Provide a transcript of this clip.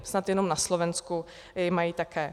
Snad jenom na Slovensku ji mají také.